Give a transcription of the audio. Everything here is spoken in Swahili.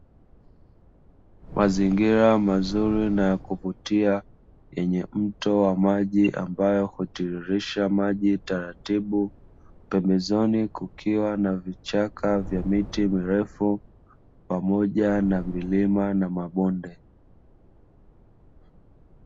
Mazingira mazuri na ya kuvutia, yenye mto wa maji ambayo hutiririsha maji taratibu, pembezoni kukiwa na vichaka vya miti mirefu, pamoja na milima na mabonde.